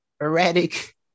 erratic